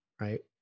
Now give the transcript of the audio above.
right